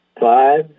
Five